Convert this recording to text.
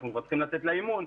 אנחנו צריכים לצאת לאימון,